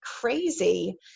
crazy